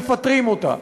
מפטרים אותה,